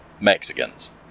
Mexicans